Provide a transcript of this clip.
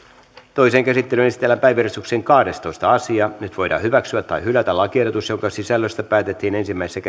toiseen käsittelyyn esitellään päiväjärjestyksen kahdestoista asia nyt voidaan hyväksyä tai hylätä lakiehdotus jonka sisällöstä päätettiin ensimmäisessä